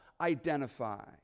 identify